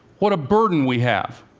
what a burden we have.